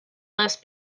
this